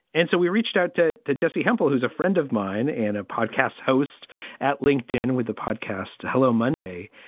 and so we reached out to to jessi hempel, who's a friend of mine and a podcast host at linkedin with a podcast. hello, monday.